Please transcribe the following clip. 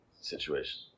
situation